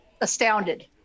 astounded